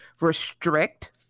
restrict